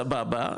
סבבה,